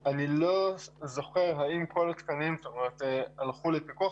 אני לא זוכר האם כל התקנים הלכו לפיקוח.